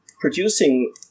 producing